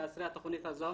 התכנית הזאת